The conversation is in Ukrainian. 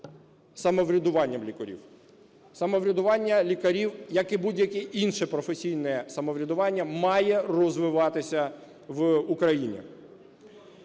самоврядуванням лікарів. Самоврядування лікарів, як і будь-яке інше професійне самоврядування, має розвиватися в Україні.